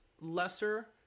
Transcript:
lesser